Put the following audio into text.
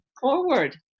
forward